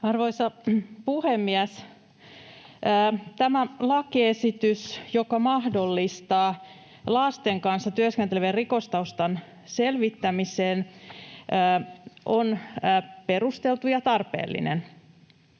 Arvoisa puhemies! Tämä lakiesitys, joka mahdollistaa lasten kanssa työskentelevien rikostaustan selvittämisen, on perusteltu ja tarpeellinen,